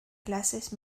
clases